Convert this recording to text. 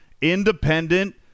independent